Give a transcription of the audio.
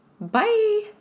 Bye